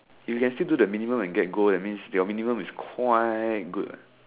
you can still do the minimum and gold that means your minimum is quite good lah